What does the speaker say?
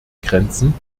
grenzen